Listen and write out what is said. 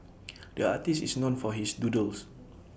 the artist is known for his doodles